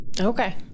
Okay